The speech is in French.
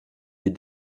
des